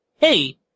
hey